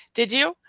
did you.